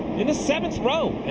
in the seventh row.